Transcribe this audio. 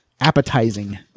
appetizing